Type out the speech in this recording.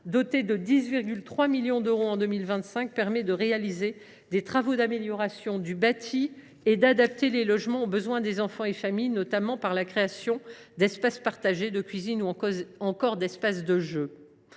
doté de 10,3 millions d’euros en 2025, a été mis en place pour réaliser des travaux d’amélioration du bâti et adapter les logements aux besoins des enfants et des familles, notamment par la création d’espaces partagés, de cuisines, ou encore d’espaces de jeu.